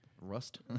rust